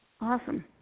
Awesome